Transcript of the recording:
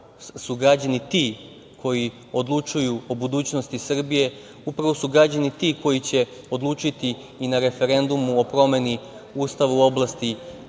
građani ti koji odlučuju o budućnosti Srbije. Upravo su građani ti koji će odlučiti i na referendumu o promeni Ustava u oblasti